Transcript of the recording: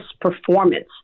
performance